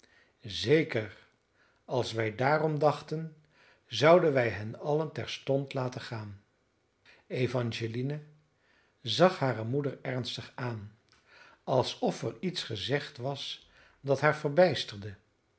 zeker als wij daarom dachten zouden wij hen allen terstond laten gaan evangeline zag hare moeder ernstig aan alsof er iets gezegd was dat haar verbijsterde